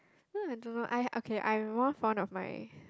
no lah I don't know I okay I'm more fond of my